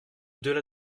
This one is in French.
delà